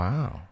Wow